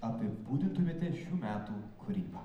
apibūdintumėte šių metų kūrybą